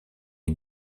est